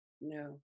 no